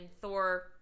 Thor